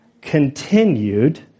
continued